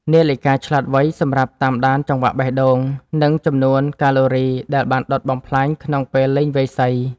នាឡិកាឆ្លាតវៃ សម្រាប់តាមដានចង្វាក់បេះដូង និងចំនួនកាឡូរីដែលបានដុតបំផ្លាញក្នុងពេលលេងវាយសី។